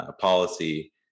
policy